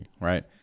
right